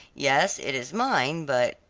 yes, it is mine, but,